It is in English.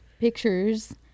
Pictures